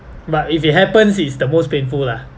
but if it happens it's the most painful lah